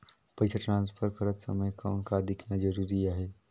पइसा ट्रांसफर करत समय कौन का देखना ज़रूरी आहे?